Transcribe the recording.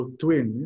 twin